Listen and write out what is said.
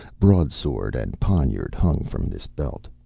broadsword and poniard hung from this belt.